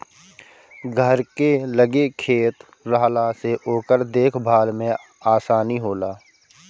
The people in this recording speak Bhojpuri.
घर के लगे खेत रहला से ओकर देख भाल में आसानी होला